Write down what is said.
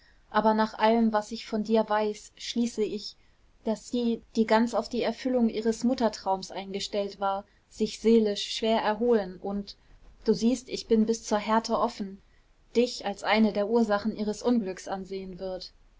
aber nach allem was ich von dir weiß schließe ich daß sie die ganz auf die erfüllung ihres muttertraums eingestellt war sich seelisch schwer erholen und du siehst ich bin bis zur härte offen dich als eine der ursachen ihres unglücks ansehen wird